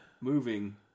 Moving